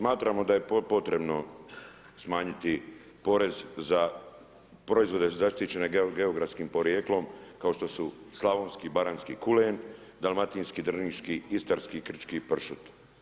Smatramo da je potrebno smanjiti porez za proizvode zaštićene geografskim podrijetlom kao što su slavonski i baranjski kulen, dalmatinski, drniški, istarski i krčki pršut.